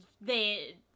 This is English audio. they-